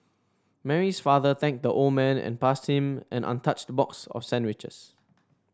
Mary's father thanked the old man and passed him an untouched box of sandwiches